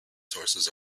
sources